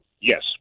Yes